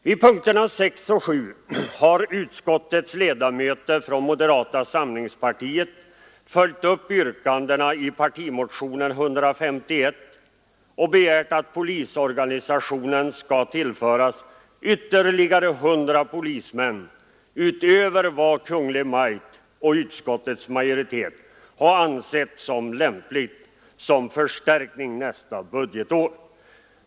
Vid punkterna 6 och 7 har utskottets ledamöter från moderata samlingspartiet följt upp yrkandena i partimotionen 151 och begärt att polisorganisationen skall tillföras ytterligare 100 tjänster för polismän utöver vad Kungl. Maj:t och utskottets majoritet har ansett lämpligt som förstärkning nästa budgetår.